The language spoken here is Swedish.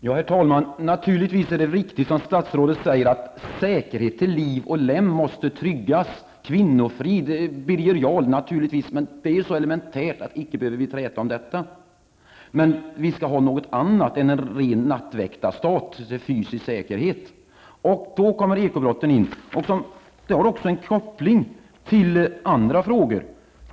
Herr talman! Naturligtvis är det riktigt, som statsrådet säger, att säkerhet till liv och lem måste tryggas. Jag tänker då på detta med kvinnofrid, på Birger Jarl osv. Men det är elementära saker att vi icke behöver träta om dem. Vi skall väl ha något annat än en ren nattväktarstat för den fysiska säkerheten. Då kommer ekobrotten med i bilden. Här finns det en koppling till andra frågor.